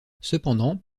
cependant